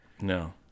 No